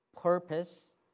purpose